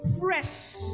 Fresh